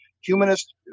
humanist